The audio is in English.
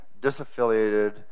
disaffiliated